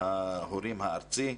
ההורים הארצי,